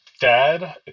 dad